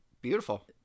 Beautiful